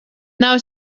nav